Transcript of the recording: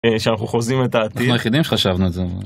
שאנחנו חוזים את העתיד, אנחנו היחידים שחשבנו על זה.